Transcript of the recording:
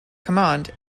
command